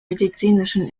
medizinischen